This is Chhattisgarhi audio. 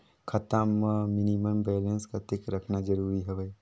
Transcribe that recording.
खाता मां मिनिमम बैलेंस कतेक रखना जरूरी हवय?